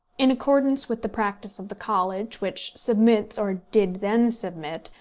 in accordance with the practice of the college, which submits, or did then submit,